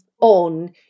on